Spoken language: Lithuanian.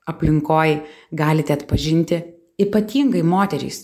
aplinkoj galite atpažinti ypatingai moterys